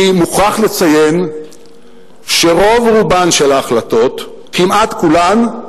אני מוכרח לציין שרוב-רובן של ההחלטות, כמעט כולן,